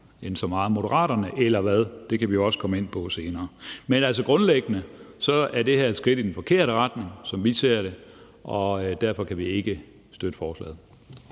end hos Moderaterne, eller hvad? Det kan vi også komme ind på senere. Men grundlæggende er det her et skridt i den forkerte retning, som vi ser det, og derfor kan vi ikke støtte forslaget.